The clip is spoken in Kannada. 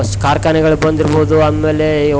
ಕಾರ್ಖಾನೆಗಳು ಬಂದಿರ್ಬೋದು ಆಮೇಲೆ ಇವು